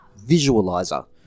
visualizer